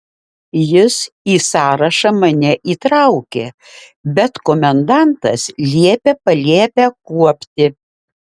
jis į sąrašą mane įtraukė bet komendantas liepė palėpę kuopti